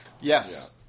Yes